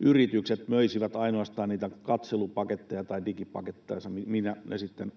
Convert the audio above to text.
yritykset möisivät ainoastaan niitä katselupaketteja tai digipaketteja, miksi ne sitten